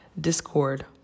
discord